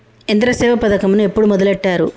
యంత్రసేవ పథకమును ఎప్పుడు మొదలెట్టారు?